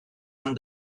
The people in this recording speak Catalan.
han